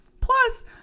Plus